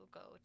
go